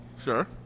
Sure